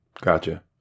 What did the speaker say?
Gotcha